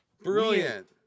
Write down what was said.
Brilliant